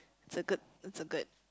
it's a good it's a good